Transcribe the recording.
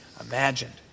imagined